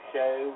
Show